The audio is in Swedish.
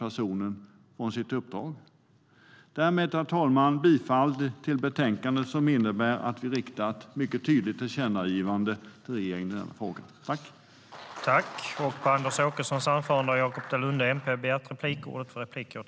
Jag yrkar bifall till utskottets förslag i betänkandet som innebär att vi riktar ett mycket tydligt tillkännagivande till regeringen i denna fråga.I detta anförande instämde Sten Bergheden, Erik Ottoson, Jessica Rosencrantz och Boriana Åberg samt Said Abdu och Robert Halef .